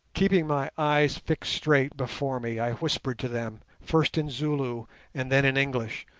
keeping my eyes fixed straight before me, i whispered to them, first in zulu and then in english,